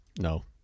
No